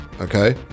okay